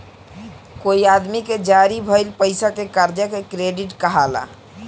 कोई आदमी के जारी भइल पईसा के कर्जा के क्रेडिट कहाला